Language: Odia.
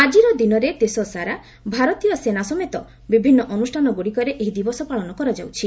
ଆକିର ଦିନରେ ଦେଶସାରା ଭାରତୀୟ ସେନା ସମେତ ବିଭିନ୍ ଅନୁଷ୍ଠାନ ଗ୍ରଡ଼ିକରେ ଏହି ଦିବସ ପାଳନ କରାଯାଉଛି